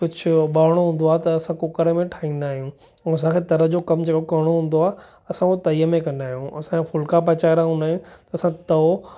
कुझु ओॿारिणो हूंदो आहे त असां कूकर में ठाहींदा आहियूं ऐं असांखे तर जो कमु जेको करिणो हूंदो आहे असां उहो तईअ में कंदा आहियूं असांखे फुलका पचाइणा हूंदा आहिनि असां तओ